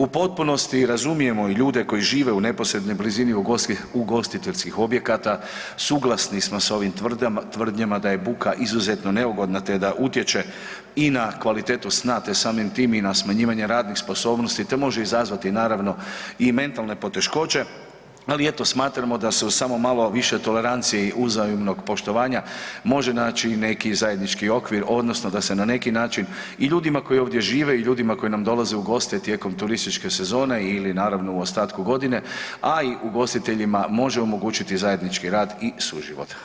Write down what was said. U potpunosti razumijemo i ljude koji žive u neposrednoj blizini ugostiteljskih objekata, suglasni smo sa ovim tvrdnjama da je buka izuzetno neugodna te da utječe i na kvalitetu sna te samim tim i na smanjivanje radnih sposobni te može izazvati naravno i mentalne poteškoće ali eto, smatramo da se uz malo više tolerancije i uzajamnog poštovanja može naći i neki zajednički okvir odnosno da se na neki način i ljudima koji ovdje žive i ljudima koji nam dolaze u goste tijekom turističke sezone ili naravno u ostatku godine a i ugostiteljima može omogućiti zajednički rad i suživot.